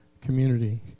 community